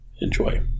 Enjoy